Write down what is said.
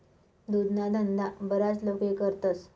दुधना धंदा बराच लोके करतस